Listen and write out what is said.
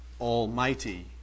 almighty